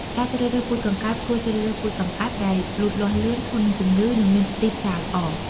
ការជ្រើសរើសពូជកង្កែប គួរជ្រើសរើសពូជកង្កែបដែលលូតលាស់លឿន ធន់នឹងជំងឺ និងមានទីផ្សារល្អ។